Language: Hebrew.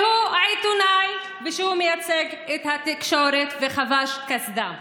שהוא עיתונאי ושהוא מייצג את התקשורת, וחבש קסדה.